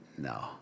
No